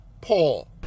Paul